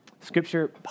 Scripture